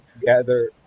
gather